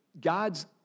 God's